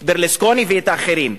את ברלוסקוני ואת האחרים?